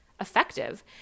effective